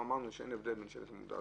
אין הבדל בין שלט למודעה.